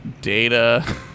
data